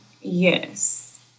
yes